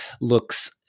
looks